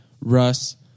Russ